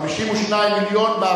52 מיליון,